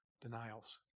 denials